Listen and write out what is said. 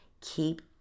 Keep